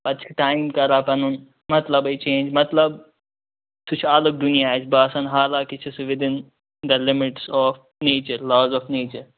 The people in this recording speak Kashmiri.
پَتہٕ چھُ ٹایم کران پنُن مَطلَبٕے چینٛج مَطلَب سُہ چھُ الگ دُنیا اَسہِ باسان حالانٛکہِ چھُ سُہ within the limits of nature laws of nature